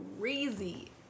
crazy